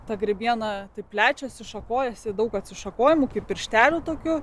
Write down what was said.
ta grybiena plečiasi šakojasi daug atsišakojimų kaip pirštelių tokių